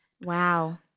Wow